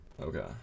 Okay